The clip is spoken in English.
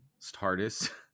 tardis